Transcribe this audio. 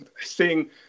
seeing